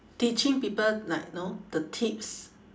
teaching people like know the tips